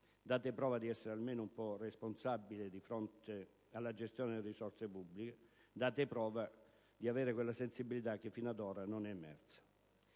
Date prova di essere almeno un po' responsabili di fronte alla gestione delle risorse pubbliche; date prova di avere quella sensibilità che fino ad ora non è emersa.